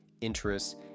interests